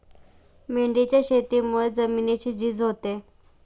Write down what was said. मेंढीच्या शेतीमुळे जमिनीची झीज होते